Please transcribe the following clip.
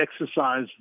exercise